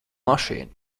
mašīna